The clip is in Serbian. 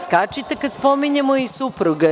Skačite kad spominjemo i supruga.